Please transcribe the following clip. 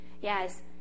Yes